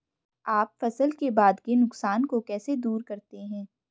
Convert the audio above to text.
आप फसल के बाद के नुकसान को कैसे दूर करते हैं?